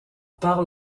part